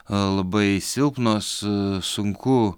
labai silpnos sunku